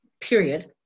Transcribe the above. period